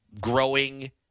growing